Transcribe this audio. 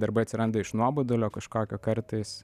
darbai atsiranda iš nuobodulio kažkokio kartais